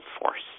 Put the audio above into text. force